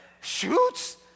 Shoots